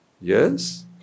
Yes